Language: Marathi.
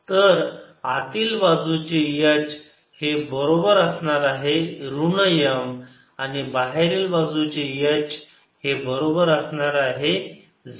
तर आतील बाजूचे H हे बरोबर असणार आहे ऋण M आणि बाहेरील बाजूचे H हे बरोबर असणार आहे 0